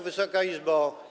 Wysoka Izbo!